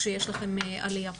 שיש לכם עלייה.